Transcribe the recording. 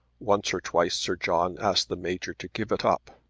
once or twice sir john asked the major to give it up,